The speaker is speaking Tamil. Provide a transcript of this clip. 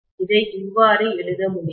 இதை இவ்வாறு எழுத முடியும்